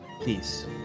please